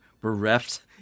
bereft